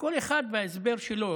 כל אחד וההסבר שלו.